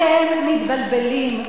אתם מתבלבלים.